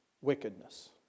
wickedness